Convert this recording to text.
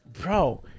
Bro